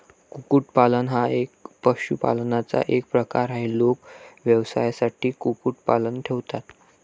कुक्कुटपालन हा पशुपालनाचा एक प्रकार आहे, लोक व्यवसायासाठी कुक्कुटपालन ठेवतात